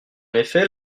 effet